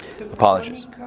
Apologies